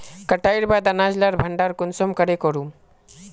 कटाईर बाद अनाज लार भण्डार कुंसम करे करूम?